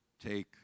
Take